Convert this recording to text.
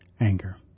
anger